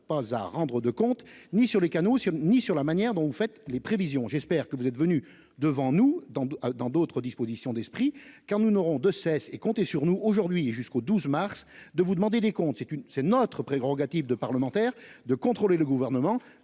pas à rendre de comptes ni sur les canaux, ni sur la manière dont vous faites les prévisions. J'espère que vous êtes venus devant nous dans dans d'autres dispositions d'esprit car nous n'aurons de cesse et comptez sur nous, aujourd'hui et jusqu'au 12 mars, de vous demander des comptes c'est une c'est notre prérogative de parlementaires de contrôler le gouvernement,